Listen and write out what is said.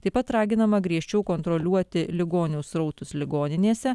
taip pat raginama griežčiau kontroliuoti ligonių srautus ligoninėse